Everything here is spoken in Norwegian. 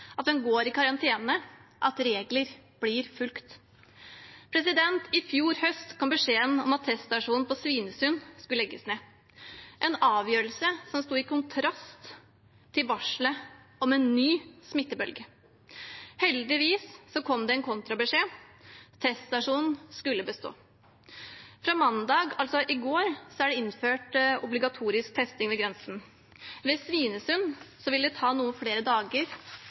at de går i karantene, og at regler blir fulgt. I fjor høst kom beskjeden om at teststasjonen på Svinesund skulle legges ned. Det var en avgjørelse som sto i kontrast til varslet om en ny smittebølge. Heldigvis kom det en kontrabeskjed: Teststasjonen skulle bestå. Fra mandag, altså fra i går, er det innført obligatorisk testing ved grensen. Ved Svinesund vil det ta noen flere dager